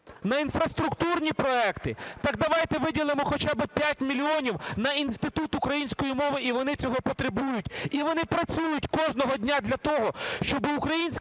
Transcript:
на інфраструктурні проекти, так давайте виділимо хоча би 5 мільйонів на Інститут української мови, і вони цього потребують. І вони працюють кожного дня для того, щоб українська